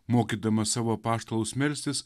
mokydamas savo apaštalus melstis